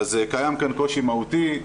קיים כאן קושי מהותי.